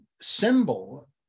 symbol